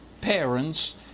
parents